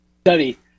study